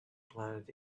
planet